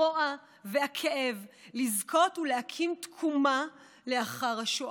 הרוע והכאב לזכות ולהקים תקומה אחרי השואה.